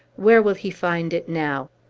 where will he find it now?